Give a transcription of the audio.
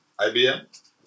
IBM